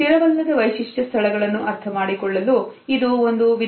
ಸ್ಥಿರವಲ್ಲದ ವೈಶಿಷ್ಟ್ಯ ಸ್ಥಳವನ್ನು ಅರ್ಥಮಾಡಿಕೊಳ್ಳಲು ಇದು ಒಂದು ವಿಧ